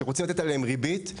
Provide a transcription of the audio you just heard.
שרוצים לתת עליהם ריבית,